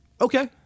Okay